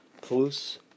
Plus